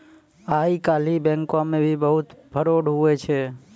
आइ काल्हि बैंको मे भी बहुत फरौड हुवै छै